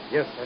Yes